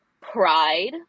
pride